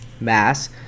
mass